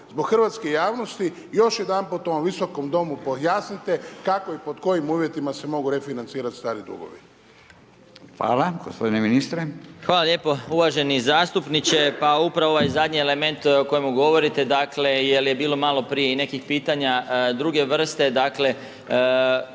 zbog hrvatske javnosti, još jedanput u ovom visokom domu pojasnite kako i pod kojim uvjetima se mogu refinancirat stari dugovi. **Radin, Furio (Nezavisni)** Hvala. Gospodine ministre. **Marić, Zdravko** Hvala lijepo uvaženi zastupniče. Pa upravo ovaj zadnji element o kojemu govorite, dakle, jel' je bilo malo prije i nekih pitanja druge vrste, dakle,